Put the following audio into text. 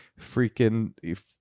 freaking